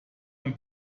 ein